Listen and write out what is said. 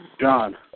John